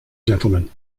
gentlemen